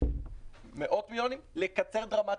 לקצר דרמטית.